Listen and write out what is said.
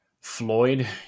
Floyd